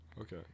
Okay